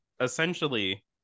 Essentially